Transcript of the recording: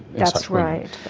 that's right.